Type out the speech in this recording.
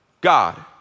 God